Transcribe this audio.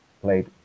played